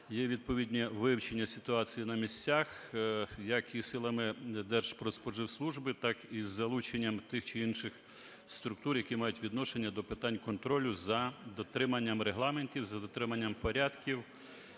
є відповідні вивчення ситуації на місцях, як і силами Держпродспоживслужби, так із залученням тих чи інших структур, які мають відношення до питань контролю за дотриманням регламентів, за дотриманням порядків.